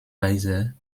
weise